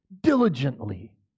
diligently